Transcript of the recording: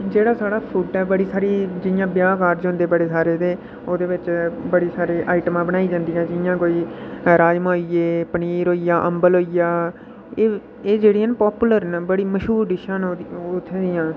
जेह्ड़ा साढ़ा छोटा ऐ बड़ी सारे जि'यां ब्याह् कारज होंदे बड़े सारे ते ओह्दे बिच बड़ी सारी आईटमां बनाइयां जंदियां जि'यां कोई राजमां होई गे पनीर होई गेआ अम्बल होई गेआ एह् जेह्ड़ियां न पापूलर न बड़ी मश्हूर डिशां न इत्थूं दियां